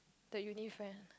the uni friend